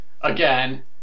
again